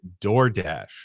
DoorDash